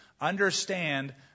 understand